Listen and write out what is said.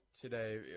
today